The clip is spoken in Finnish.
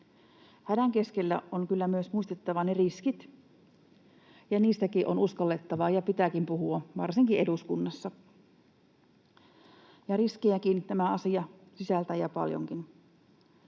Hädän keskellä on kyllä myös muistettava ne riskit, ja niistäkin on uskallettava ja pitääkin puhua, varsinkin eduskunnassa. Riskejäkin tämä asia sisältää ja paljonkin.